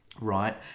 Right